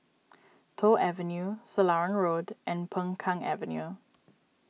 Toh Avenue Selarang Road and Peng Kang Avenue